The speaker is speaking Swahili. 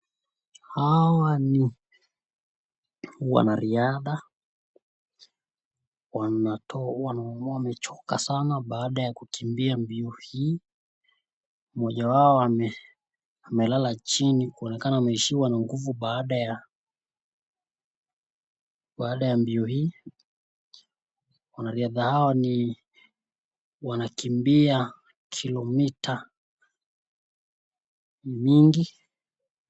Hao ni wanariadha. Wanaonekana wamechoka sana baada ya kutimia mbio hii. Mmoja wao amelala chini kuonekana ameishiwa na nguvu baada ya mbio hii. Wanariadha hawa ni wanakimbia kilomita mingi.